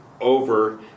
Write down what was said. over